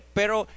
pero